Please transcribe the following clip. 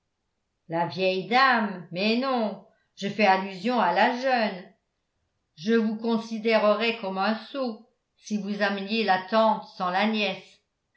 la vieille dame mais non je fais allusion à la jeune je vous considérerais comme un sot si vous ameniez la tante sans la nièce